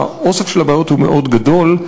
האוסף של הבעיות הוא מאוד גדול,